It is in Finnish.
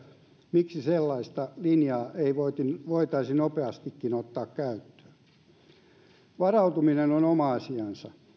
miksi sellaista linjaa ei voitaisi nopeastikin ottaa käyttöön varautuminen on oma asiansa